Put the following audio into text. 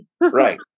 Right